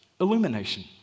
Illumination